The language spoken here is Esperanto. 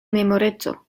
memoreco